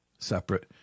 separate